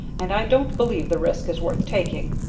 and i don't believe the risk is worth taking.